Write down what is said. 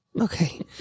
Okay